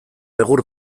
egur